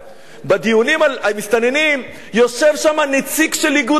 בדיונים על מסתננים יושב שם נציג של איגוד האיכרים.